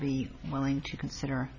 be willing to consider